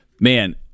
Man